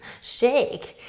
shake!